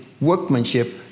workmanship